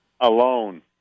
Alone